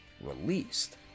released